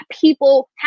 people